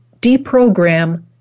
deprogram